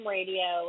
Radio